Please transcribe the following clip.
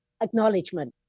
acknowledgement